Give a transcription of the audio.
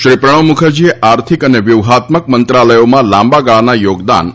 શ્રી પ્રણવ મુખર્જીએ આર્થિક અને વ્યૂહાત્મક મંત્રાલયોમાં લાંબા ગાળાના યોગદાન આપ્યા હતા